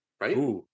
Right